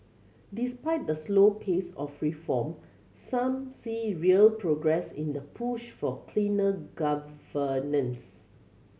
despite the slow pace of reform some see real progress in the push for cleaner governance